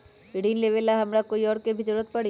ऋन लेबेला हमरा कोई और के भी जरूरत परी?